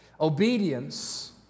Obedience